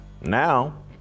Now